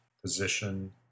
position